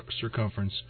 circumference